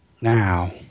Now